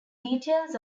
details